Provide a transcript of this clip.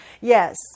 Yes